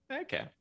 okay